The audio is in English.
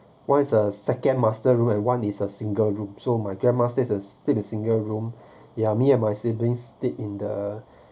one is a second master room and one is a single room so my grandma stays stays the single room yeah me and my siblings stayed in the